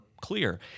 clear